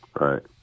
Right